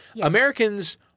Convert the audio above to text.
Americans